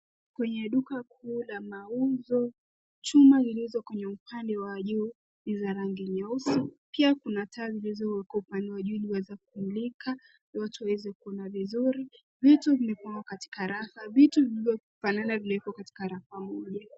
Kwenye duka kuu la mauzo, chuma zilizo kwenye upande wa juu ni za rangi nyeusi pia kuna taa zilizowekwa upande wa juu ili ziweze kumulika watu waweze kuona vizuri. Vitu vimepangwa katika rafa, vitu vilivyofanana vimewekwa katika rafa moja.